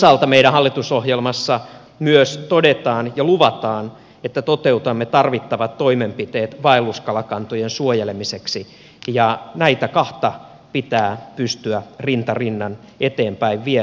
toisaalta meidän hallitusohjelmassamme myös todetaan ja luvataan että toteutamme tarvittavat toimenpiteet vaelluskalakantojen suojelemiseksi ja näitä kahta pitää pystyä rinta rinnan eteenpäin viemään